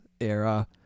era